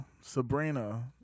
Sabrina